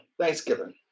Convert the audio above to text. Thanksgiving